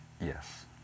Yes